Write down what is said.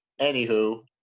Anywho